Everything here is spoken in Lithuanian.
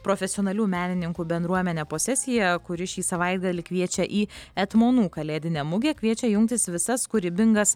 profesionalių menininkų bendruomenė posesija kuri šį savaitgalį kviečia į etmonų kalėdinę mugę kviečia jungtis visas kūrybingas